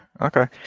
Okay